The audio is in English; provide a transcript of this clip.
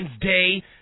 Day